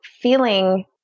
feeling